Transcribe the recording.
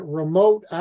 remote